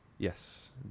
Yes